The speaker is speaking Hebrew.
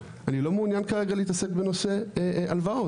אני לא מעוניין כרגע להתעסק בנושא הלוואות,